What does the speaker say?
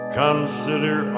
consider